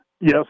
Yes